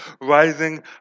rising